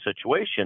situation